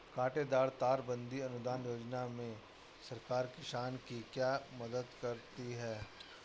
कांटेदार तार बंदी अनुदान योजना में सरकार किसान की क्या मदद करती है?